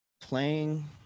playing